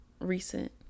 recent